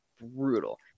brutal